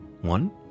One